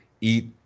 eat